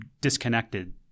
disconnected